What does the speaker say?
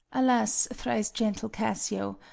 alas, thrice-gentle cassio!